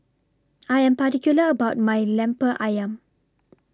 I Am particular about My Lemper Ayam